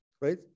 right